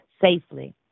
safely